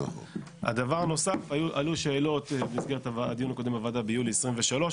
הדבר הנוסף עלו שאלות במסגרת הדיון הקודם ביולי 2023,